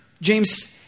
James